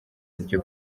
buryo